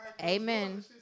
Amen